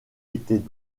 étaient